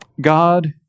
God